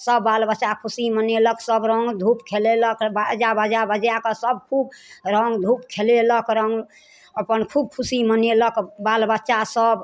सब बाल बच्चा खुशी मनेलक सब रङ्ग धूप खेलेलक आजा बाजा बजाके सब खूब रङ्ग धूप खेलेलक रङ्ग अपन खूब खुशी मनेलक बाल बच्चा सब